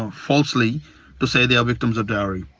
falsely to say they are victims of dowry.